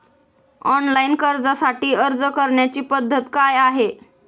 Online कर्जासाठी अर्ज करण्याची पद्धत काय आहे?